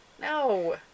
No